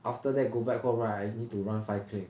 after that go back home right I need to run five click